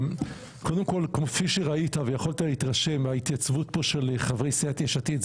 קודם כל כפי שראית ויכולת להתרשם מההתייצבות פה של חברי סיעת יש עתיד,